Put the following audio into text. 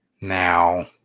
Now